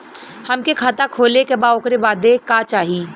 हमके खाता खोले के बा ओकरे बादे का चाही?